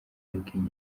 yabwiye